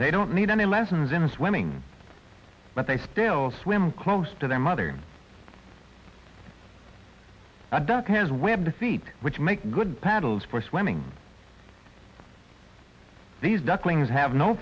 they don't need any lessons in swimming but they still swim close to their mother duck his web seat which makes good paddles for swimming these ducklings have no